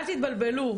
אל תתבלבלו,